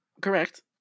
correct